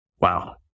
Wow